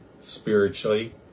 spiritually